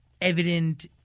evident